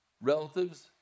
relatives